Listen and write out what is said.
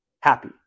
happy